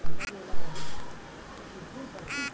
दुनिया के तीन सबसे बड़ा बैंक चीन क हौ